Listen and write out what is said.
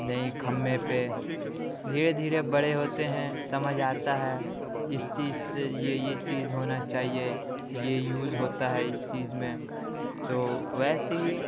نا ہی کھمبے پہ دھیرے دھیرے بڑے ہوتے ہیں سمجھ آتا ہے اس چیز سے یہ یہ چیز ہونا چاہیے یہ یوز ہوتا ہے اس چیز میں تو ویسے ہی